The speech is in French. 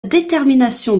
détermination